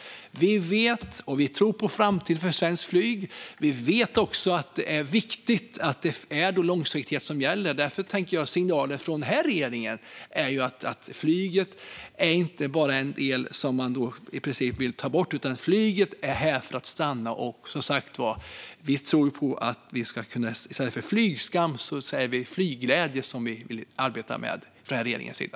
Vi tror på framtiden för svenskt flyg. Vi vet också att det är viktigt att det är långsiktighet som gäller. Signalerna från den här regeringen är att flyget inte bara är en del som man vill ta bort utan att flyget är här för att stanna. I stället för flygskam säger vi flygglädje. Det vill vi arbeta med från den här regeringens sida.